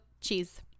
Cheese